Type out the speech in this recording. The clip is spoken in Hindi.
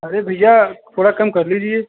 अरे भैया थोड़ा कम कर लीजिए